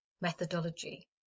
methodology